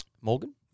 Morgan